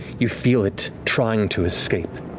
you feel it trying to escape.